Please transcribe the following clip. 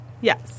Yes